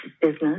business